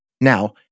Now